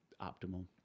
optimal